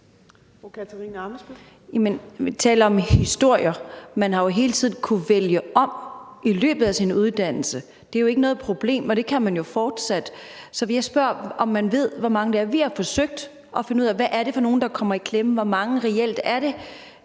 Vi taler om historier. Man har jo hele tiden kunnet vælge om i løbet af sin uddannelse. Det er jo ikke noget problem, og det kan man jo fortsat. Så jeg spørger, om man ved, hvor mange det er. Vi har forsøgt at finde ud af, hvad det er for nogle, der kommer i klemme, og hvor mange det reelt er, der